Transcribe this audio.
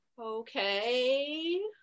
okay